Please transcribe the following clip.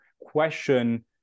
question